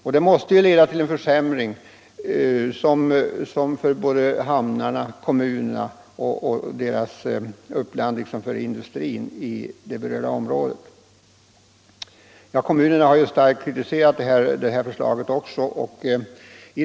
Detta måste leda till en försämring för hamnarna liksom för kommunerna och deras uppland samt för industrin i det berörda området. Kommunerna har ju också starkt kritiserat förslaget.